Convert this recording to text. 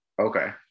Okay